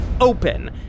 open